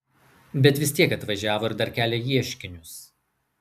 bet vis tiek atvažiavo ir dar kelia ieškinius